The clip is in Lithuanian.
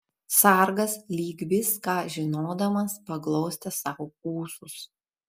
sargas lyg viską žinodamas paglostė sau ūsus